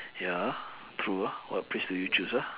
ya true ah what phrase do you choose ah